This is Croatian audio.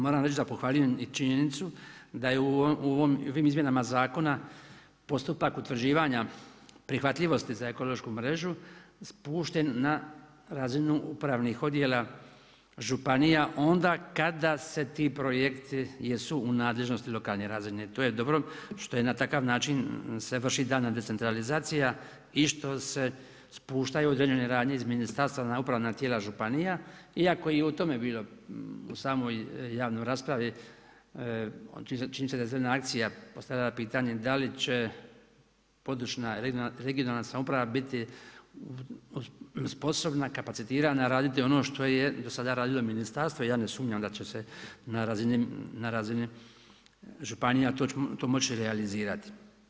Moram reći da pohvaljujem i činjenicu da je u ovim izmjenama zakona postupak utvrđivanja prihvatljivosti za ekološku mrežu spušten na razinu upravnih odjela županija onda kada su ti projekti u nadležnosti lokalne razine, to je dobro što se na takav način se vrši dana decentralizacija i što se spuštaju određene radnje iz ministarstva na upravna tijela županija iako je i o tome bilo u samo javnoj raspravi, čini mi se da je Zelen akcija postavila pitanje da li će područna, regionalna samouprava biti sposobna, kapacitirana, raditi ono što je dosada radilo ministarstvo, ja ne sumnjam da će se na razini županija to moći realizirati.